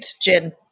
gin